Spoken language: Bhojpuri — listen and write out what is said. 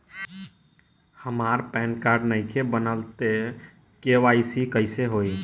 हमार पैन कार्ड नईखे बनल त के.वाइ.सी कइसे होई?